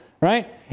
right